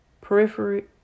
periphery